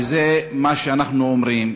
וזה מה שאנחנו אומרים,